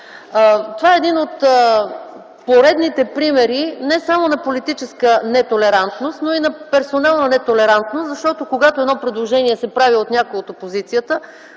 Това е един от поредните примери не само на политическа нетолерантност, но и на персонална нетолерантност, защото когато едно предложение се прави от някой от опозицията